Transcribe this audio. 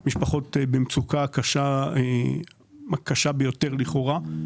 במצוקה קשה ביותר לכאורה,